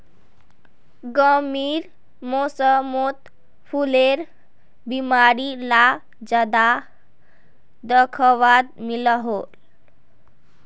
गर्मीर मौसमोत फुलेर बीमारी ला ज्यादा दखवात मिलोह